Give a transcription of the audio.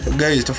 guys